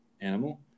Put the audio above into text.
animal